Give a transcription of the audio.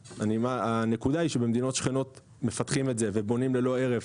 אבל הנקודה היא שבמדינות שכנות מפתחים את זה ובונים ללא הרף,